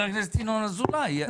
חבר הכנסת ינון אזולאי,